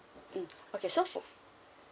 mm okay so for